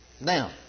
Now